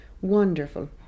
wonderful